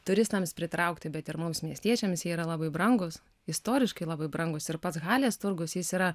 turistams pritraukti bet ir mums miestiečiams jie yra labai brangūs istoriškai labai brangūs ir pats halės turgus jis yra